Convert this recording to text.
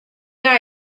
dei